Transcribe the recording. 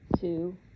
Two